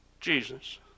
Jesus